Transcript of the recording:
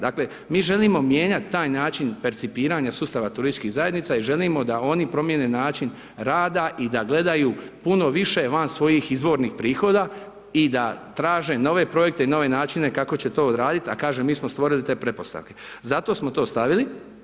Dakle, mi želimo mijenjati taj način percipiranja sustava turističkih zajednica, i želimo da oni promijene način rada i da gledaju puno više van svojih izvornih prihoda i da traže nove projekte i nove načine kako će to odraditi, a kažem mi smo stvorili te pretpostavke, zato smo to stavili.